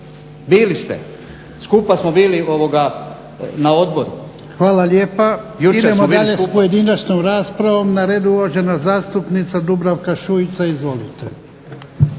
Bili ste, skupa smo bili na odboru. **Jarnjak, Ivan (HDZ)** Hvala lijepa. Idemo dalje s pojedinačnom raspravom. Na redu je uvažena zastupnica Dubravka Šuica, izvolite.